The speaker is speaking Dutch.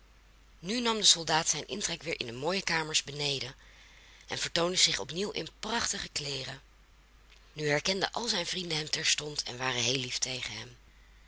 nu nam de soldaat zijn intrek weer in de mooie kamers beneden en vertoonde zich op nieuw in prachtige kleeren nu herkenden al zijn vrienden hem terstond en waren heel lief tegen hem